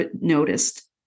noticed